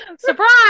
Surprise